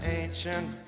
ancient